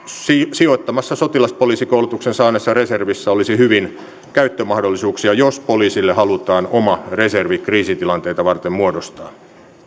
sotilaspoliisikoulutuksen saaneessa reservissä olisi hyvin käyttömahdollisuuksia jos poliisille halutaan oma reservi kriisitilanteita varten muodostaa